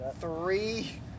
Three